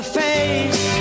face